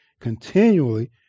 continually